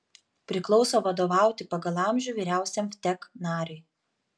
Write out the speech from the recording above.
priklauso vadovauti pagal amžių vyriausiam vtek nariui